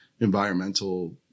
environmental